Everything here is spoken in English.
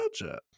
budget